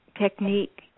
technique